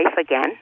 again